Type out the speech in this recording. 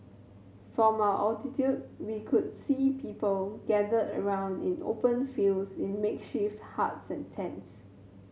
from our altitude we could see people gathered around in the open fields in makeshift huts and tents